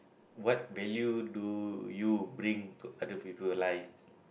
what value do you bring to other people life